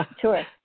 Sure